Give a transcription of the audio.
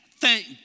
Thank